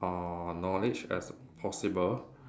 uh knowledge as possible